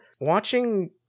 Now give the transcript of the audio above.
Watching